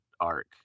arc